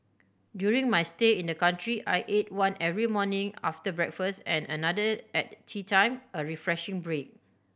during my stay in the country I ate one every morning after breakfast and another at teatime a refreshing break